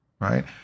right